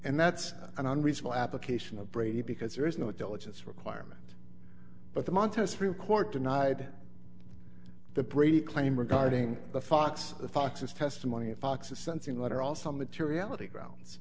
and that's an unreasonable application of brady because there is no diligence requirement but the montana supreme court denied the brady claim regarding the fox fox's testimony and fox's sensing letter also materiality grounds